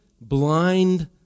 blind